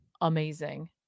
amazing